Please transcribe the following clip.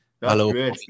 Hello